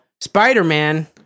Spider-Man